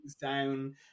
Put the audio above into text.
down